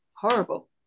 horrible